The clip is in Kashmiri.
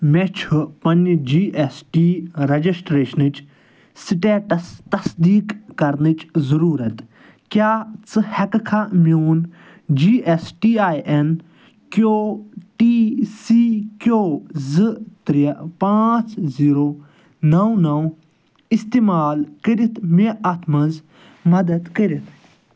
مےٚ چھُ پَنٕنہِ جی ایس ٹی رَجَسٹریشنٕچ سِٹیٹَس تصدیٖق کَرنٕچ ضروٗرت کیٛاہ ژٕ ہٮ۪کھٕکھا میٛون G S T I N Q T C Q زٕ ترٛےٚ پانٛژھ زیٖرَو نَو نَو استعمال کٔرِتھ مےٚ اَتھ منٛز مدتھ کٔرِتھ